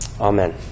Amen